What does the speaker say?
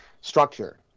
structure